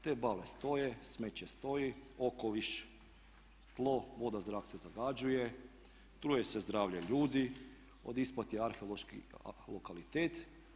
Te bale stoje, smeće stoji, okoliš, tlo, voda, zrak se zagađuje, truje se zdravlje ljudi, od ispod je arheološki lokalitet.